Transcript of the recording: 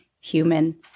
human